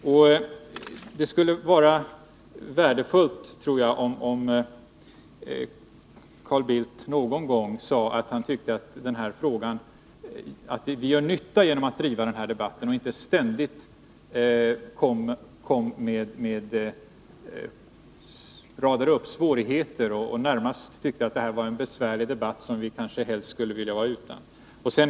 Jag tror att det skulle vara värdefullt om Carl Bildt åtminstone någon gång kunde säga att vi gör nytta genom att driva den här debatten. Det vore bra om han inte ständigt radade upp svårigheter och närmast antydde att debatten är besvärlig och att vi kanske helst skulle kunna vara utan den.